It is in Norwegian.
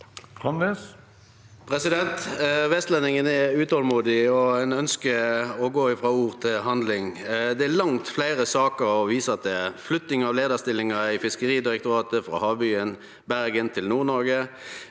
Vestlendingane er utolmodige, og ein ønskjer å gå frå ord til handling. Det er langt fleire saker å vise til: flytting av leiarstillingar i Fiskeridirektoratet frå havbyen Bergen til NordNoreg,